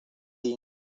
tinc